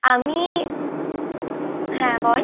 আমি হ্যাঁ বল